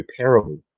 repairable